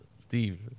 Steve